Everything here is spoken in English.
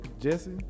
Jesse